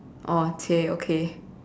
orh chey okay